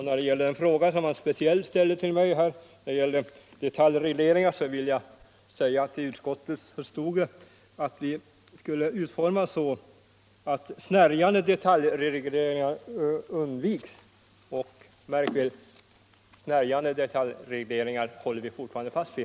När det gäller den fråga om detaljregleringar, som han speciellt ställde till mig, var vi i utskottet av den uppfattningen att skrivningen skulle utformas så att snärjande detaljregleringar undveks. Och det håller vi fortfarande fast vid.